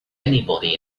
anybody